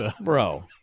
Bro